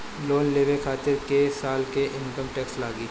Loan लेवे खातिर कै साल के इनकम टैक्स लागी?